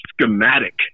schematic